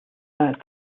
that